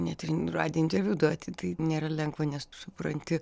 net ir radijo interviu duoti tai nėra lengva nes tu supranti